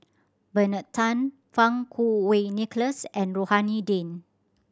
Bernard Tan Fang Kuo Wei Nicholas and Rohani Din